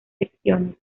secciones